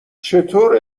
چطور